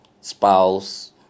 spouse